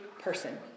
person